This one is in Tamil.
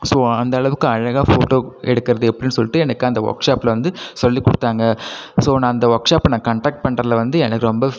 ஸோ அந்தளவுக்கு அழகாக ஃபோட்டோ எடுக்கறது எப்படின்னு சொல்லிட்டு எனக்கு அந்த ஒர்க் ஷாப்பில் வந்து சொல்லிக் கொடுத்தாங்க ஸோ நான் அந்த ஒர்க் ஷாப்பை நான் கன்டக்ட் பண்ணுறதுல வந்து எனக்கு ரொம்ப